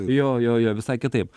jo jo jo visai kitaip